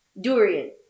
Durian